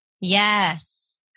Yes